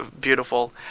beautiful